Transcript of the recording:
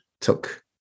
took